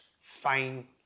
fine